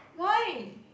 why